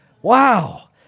Wow